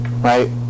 Right